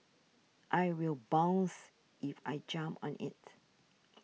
I will bounce if I jump on it